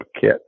kit